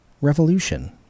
revolution